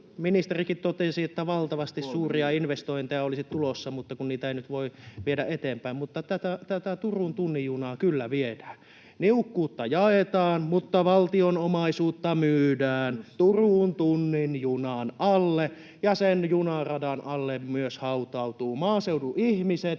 Ministerikin totesi, että valtavasti suuria investointeja olisi tulossa mutta kun niitä ei nyt voi viedä eteenpäin, mutta tätä Turun tunnin junaa kyllä viedään. Niukkuutta jaetaan, mutta valtion omaisuutta myydään Turun tunnin junan alle, ja sen junaradan alle myös hautautuvat maaseudun ihmiset